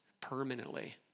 permanently